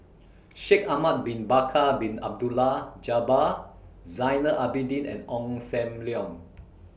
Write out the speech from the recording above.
Shaikh Ahmad Bin Bakar Bin Abdullah Jabbar Zainal Abidin and Ong SAM Leong